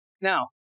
Now